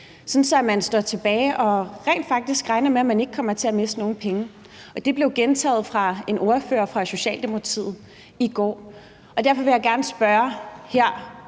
at de står tilbage og – regner man med – rent faktisk ikke kommer til at miste nogen penge. Det blev gentaget af en ordfører fra Socialdemokratiet i går. Derfor vil jeg gerne spørge –